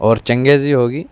اور چنگیزی ہوگی